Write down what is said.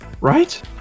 Right